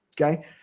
okay